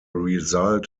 result